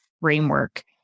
framework